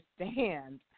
understand